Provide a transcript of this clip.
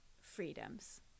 freedoms